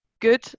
good